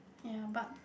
ya but